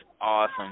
awesome